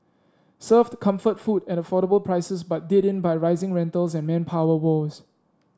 served comfort food at affordable prices but did in by rising rentals and manpower woes